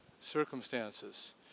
circumstances